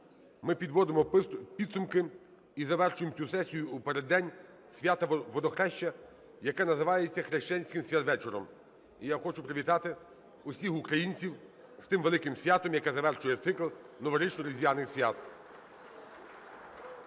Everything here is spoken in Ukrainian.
ми підводимо підсумки і завершуємо цю сесію у переддень свята Водохреща, яке називається Хрещенським святвечором. І я хочу привітати усіх українців з тим великим святом, яке завершує цикл новорічно-різдвяних свят.